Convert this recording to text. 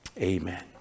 Amen